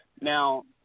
Now